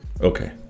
Okay